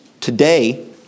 today